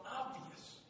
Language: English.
obvious